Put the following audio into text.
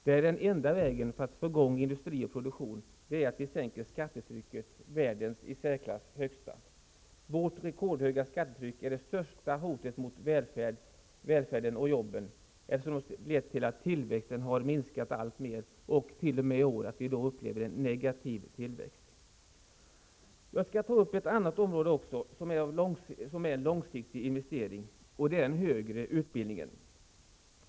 Den enda vägen att gå för att få i gång industri och produktion är att sänka skattetrycket, världens i särklass högsta. Vårt rekordhöga skattetryck är det största hotet mot välfärden och jobben, eftersom det har lett till att tillväxten har minskat alltmer och till att vi t.o.m. i år upplever en negativ tillväxt. Jag skall också ta upp ett annat område där en satsning innebär en långsiktig investering, nämligen den högre utbildningen.